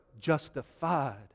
justified